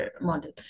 model